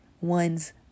one's